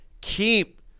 keep